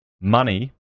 money